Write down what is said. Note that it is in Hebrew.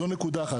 זו נקודה אחת.